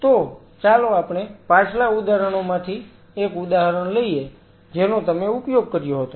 તો ચાલો આપણે પાછલા ઉદાહરણોમાંથી એક ઉદાહરણ લઈએ જેનો તમે ઉપયોગ કર્યો હતો